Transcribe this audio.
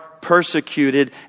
persecuted